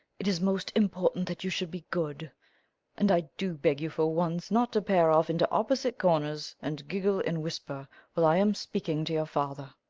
it is most important that you should be good and i do beg you for once not to pair off into opposite corners and giggle and whisper while i am speaking to your father.